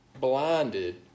blinded